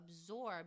absorb